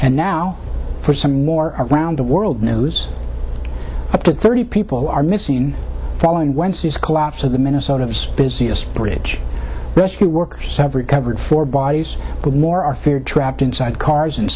and now for some more around the world news up to thirty people are missing following wednesday's collapse of the minnesota busiest bridge rescue workers separate covered for bodies but more are feared trapped inside cars